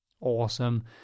awesome